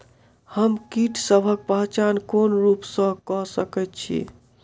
हम कीटसबक पहचान कोन रूप सँ क सके छी?